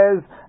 says